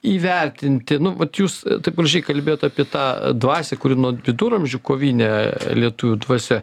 įvertinti nu vat jūs taip gražiai kalbėjot apie tą dvasią kuri nuo viduramžių kovinė lietuvių dvasia